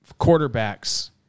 quarterbacks